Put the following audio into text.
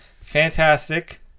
Fantastic